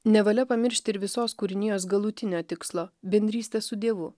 nevalia pamiršti ir visos kūrinijos galutinio tikslo bendrystė su dievu